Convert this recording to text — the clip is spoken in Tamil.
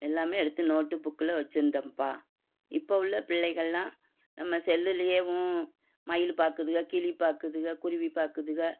எல்லாமே எடுத்து நோட்டு புக்கில் வச்சு இருந்தோம்ப்பா இப்போ உள்ள பிள்ளைகள்லாம் நம்ம செல்லுலேயவும் மயில் பார்க்குதுக கிளி பார்க்குதுக குருவி பார்க்குதுக